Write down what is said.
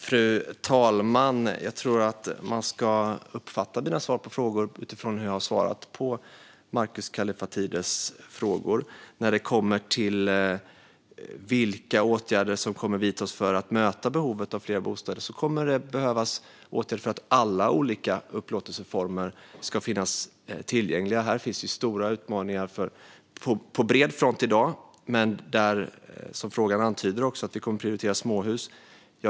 Fru talman! Jag tror att man ska uppfatta mina svar på Markus Kallifatides frågor utifrån hur jag har svarat. När det kommer till vilka åtgärder som kommer att vidtas för att möta behovet av fler bostäder kommer det att behövas åtgärder för att alla olika upplåtelseformer ska finnas tillgängliga. Här finns det ju stora utmaningar på bred front i dag, men som frågan antyder kommer vi att prioritera småhus.